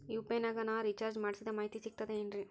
UPI ನಾಗ ನಾ recharge ಮಾಡಿಸಿದ ಮಾಹಿತಿ ಸಿಕ್ತದೆ ಏನ್ರಿ?